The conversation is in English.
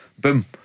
boom